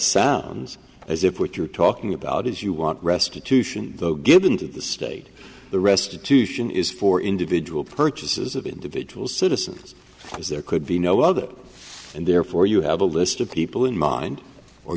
sounds as if what you're talking about is you want restitution though given to the state the restitution is for individual purchases of individual citizens because there could be no other and therefore you have a list of people in mind or